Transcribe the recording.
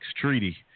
Treaty